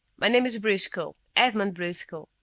my name is briscoe. edmund briscoe.